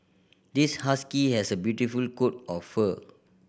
this husky has a beautiful coat of fur